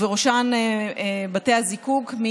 מאזור המפרז, ובראשה בתי הזיקוק.